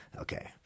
Okay